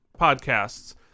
podcasts